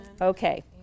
Okay